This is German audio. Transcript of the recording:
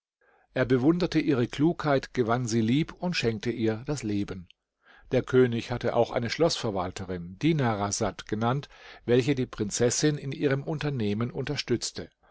er bewunderte ihre klugheit gewann sie lieb und schenkte ihr das leben der könig hatte auch eine schloßverwalterin dinarasad genannt welche die prinzessin in ihrem unternehmen unterstützte